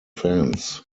fans